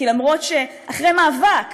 כי למרות שאחרי מאבק